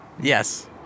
Yes